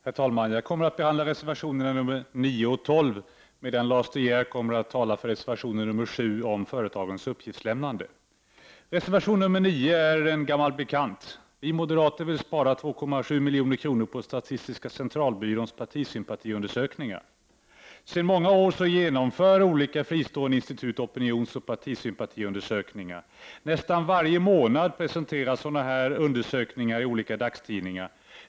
Herr talman! Jag kommer att behandla reservationerna 9 och 12 medan Lars De Geer kommer att tala för reservation 7 om företagens uppgiftslämnande. Reservation nr 9 är en gammal bekant. Vi moderater vill spara 2,7 milj.kr. på Statistiska centralbyråns partisympatiundersökningar. Sedan många år genomför olika fristående institut opinionsoch partisympatiundersökningar. Nästan varje månad presenteras sådana undersökningar i olika dagstidningar.